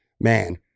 man